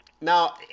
Now